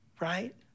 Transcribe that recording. right